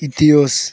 Etios